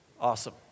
Awesome